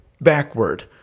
backward